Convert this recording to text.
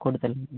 കൊടുത്തല്ലേ